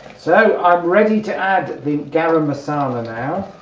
so i'm ready to add the garam masala now